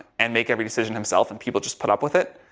and make every decision himself, and people just put up with it.